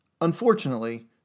Unfortunately